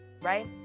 right